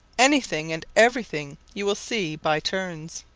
anything and everything you will see by turns.